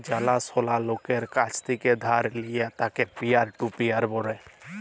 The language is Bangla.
জালা সলা লকের কাছ থেক্যে ধার লিলে তাকে পিয়ার টু পিয়ার ব্যলে